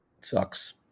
Sucks